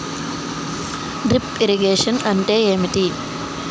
Drip irrigation అంటే ఏమిటి?